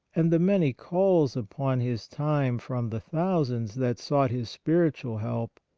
and the many calls upon his time from the thousands that sought his spiritual help,